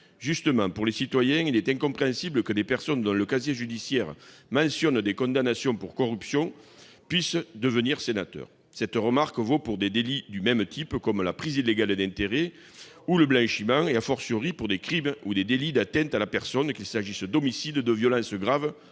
Or, pour les citoyens, il est justement incompréhensible que des personnes dont le casier judiciaire mentionne des condamnations pour corruption puissent devenir sénateurs. Cette remarque vaut aussi pour des délits du même type, comme la prise illégale d'intérêts ou le blanchiment et,, pour des crimes ou des délits d'atteinte à la personne : homicides, violences graves